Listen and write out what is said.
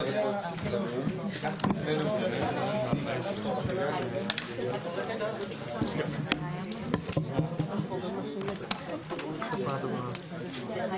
בשעה 15:50.